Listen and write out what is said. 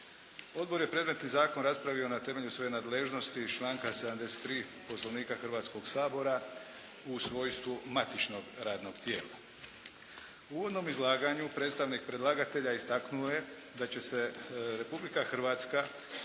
Odbor je predmetni zakon raspravio na temelju svoje nadležnosti iz članka 73. Poslovnika Hrvatskog sabora u svojstvu matičnog radnog tijela. U uvodnom izlaganju predstavnik predlagatelja istaknuo je da će se Republika Hrvatska